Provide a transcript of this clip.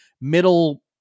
middle